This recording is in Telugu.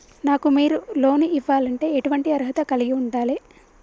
నాకు మీరు లోన్ ఇవ్వాలంటే ఎటువంటి అర్హత కలిగి వుండాలే?